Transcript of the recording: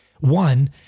one